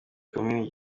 komini